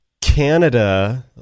Canada